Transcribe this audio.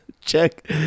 Check